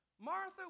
Martha